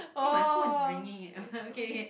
eh my phone is ringing leh ok ok ok